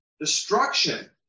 destruction